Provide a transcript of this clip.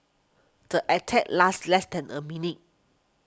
the attack lasted less than a minute